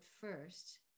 first